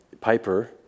Piper